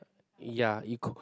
ya eco